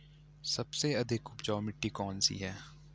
सबसे अधिक उपजाऊ मिट्टी कौन सी है?